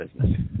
business